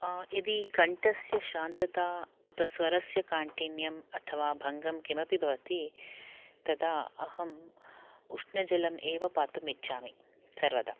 यदि कण्ठस्य श्रान्तता उत स्वरस्य काठिन्यं अथवा भङ्गं किमपि भवति तदा अहम् उष्णजलम् एव पातुम् इच्छामि सर्वदा